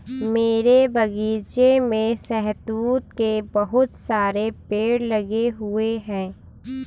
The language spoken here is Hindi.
मेरे बगीचे में शहतूत के बहुत सारे पेड़ लगे हुए हैं